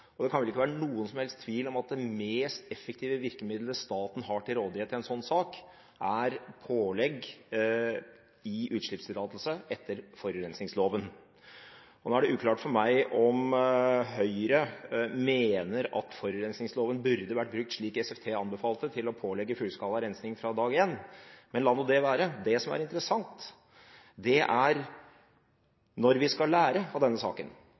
Og det kan vel ikke være noen som helst tvil om at det mest effektive virkemiddelet staten har til rådighet i en sånn sak, er pålegg i utslippstillatelse etter forurensingsloven. Nå er det uklart for meg om Høyre mener at forurensingsloven burde vært brukt slik SFT anbefalte – til å pålegge fullskala rensing fra dag én – men la nå det være. Det som er interessant – når vi skal lære av denne saken